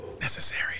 necessary